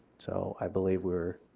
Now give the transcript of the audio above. so i believe we are